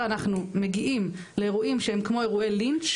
אנחנו מגיעים לאירועים שהם כמו אירועי לינץ',